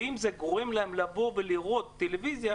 ואם זה גורם להם לבוא ולראות טלוויזיה,